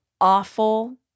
awful